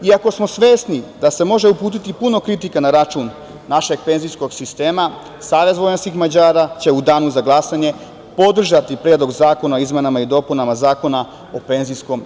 Iako smo svesni da se može uputiti puno kritika na račun našeg penzijskog sistema, SVM će u danu za glasanje podržati Predlog zakona o izmenama i dopunama Zakona o PIO.